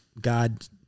God